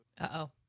Uh-oh